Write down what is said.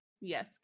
Yes